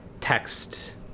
text